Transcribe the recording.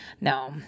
no